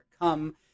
come